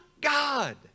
God